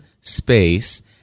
space